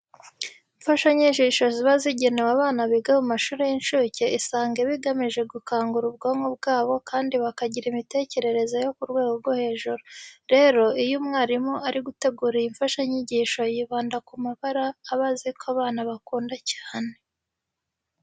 Imfashanyigisho ziba zigenewe abana biga mu mashuri y'incuke usanga iba igamije gukangura ubwonko bwabo kandi bakagira imitekerereze yo ku rwego rwo hejuru. Rero iyo umwarimu ari gutegura iyi mfashanyigisho yibanda ku mabara aba azi ko abana bakunda cyane.